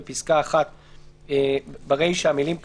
בפסקה (1) ברישה המילים "קטין,